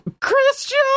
Christian